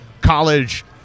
college